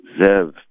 Zev